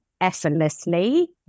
effortlessly